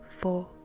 four